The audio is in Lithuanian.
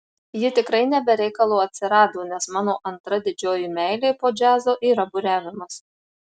ji tikrai ne be reikalo atsirado nes mano antra didžioji meilė po džiazo yra buriavimas